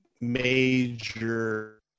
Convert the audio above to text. major